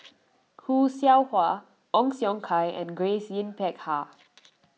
Khoo Seow Hwa Ong Siong Kai and Grace Yin Peck Ha